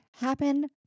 happen